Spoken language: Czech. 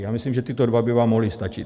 Já myslím, že tyto dva by vám mohly stačit.